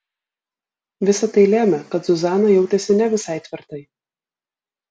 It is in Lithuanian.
visa tai lėmė kad zuzana jautėsi ne visai tvirtai